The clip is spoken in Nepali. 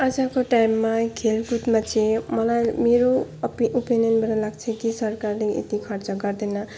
अजकलको टाइममा खेलकुदमा चाहिँ मलाई मेरो अप अपिनियनबाट लाग्छ कि सरकारले यति खर्च गर्दैन